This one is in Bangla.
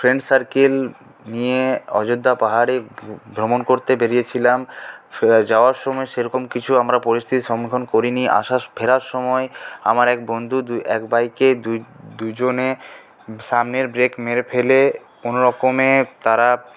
ফ্রেন্ড সার্কেল নিয়ে অযোধ্যা পাহাড়ে ভ্রমণ করতে বেরিয়েছিলাম যাওয়ার সময় সেরকম কিছু আমরা পরিস্থিতির সম্মুখীন করিনি আসা ফেরার সময় আমার এক বন্ধুর এক বাইকে দুজনে সামনের ব্রেক মেরে ফেলে কোনোরকমে তারা